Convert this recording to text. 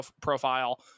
profile